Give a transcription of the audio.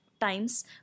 times